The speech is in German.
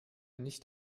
nicht